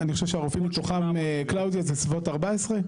אני חושב שהרופאים מתוכם, קלאודיה, זה סביבות 14?